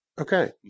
Okay